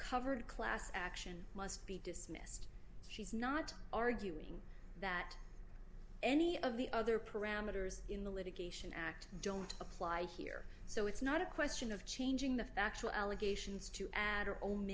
covered class action must be dismissed she's not arguing that any of the other parameters in the litigation act don't apply here so it's not a question of changing the factual allegations to add